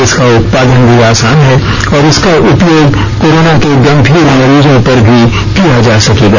इसका उत्पादन भी आसान है और इसका उपयोग कोरोना के गंभीर मरीजों पर भी किया जा सकेगा